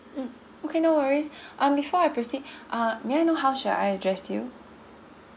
mm okay no worries um before I proceed uh may I know how should I address you